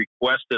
requested